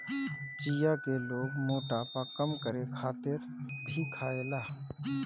चिया के लोग मोटापा कम करे खातिर भी खायेला